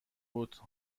بود